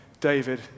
David